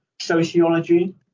sociology